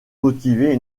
motivé